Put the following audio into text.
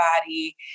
body